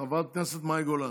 חברת הכנסת מאי גולן.